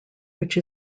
which